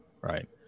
right